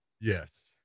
Yes